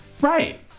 Right